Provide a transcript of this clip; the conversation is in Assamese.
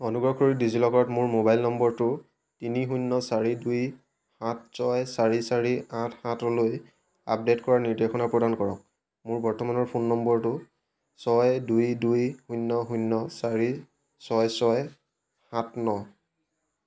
অনুগ্ৰহ কৰি ডিজিলকাৰত মোৰ মোবাইল নম্বৰটো তিনি শূন্য চাৰি দুই সাত ছয় চাৰি চাৰি আঠ সাতলৈ আপডেট কৰাৰ নিৰ্দেশনা প্ৰদান কৰক মোৰ বৰ্তমানৰ ফোন নম্বৰটো ছয় দুই দুই শূন্য শূন্য চাৰি ছয় ছয় সাত ন